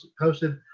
posted